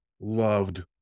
loved